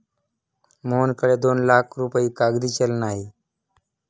मोहनकडे दोन लाख रुपये कागदी चलन आहे